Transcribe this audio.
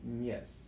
yes